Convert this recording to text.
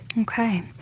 Okay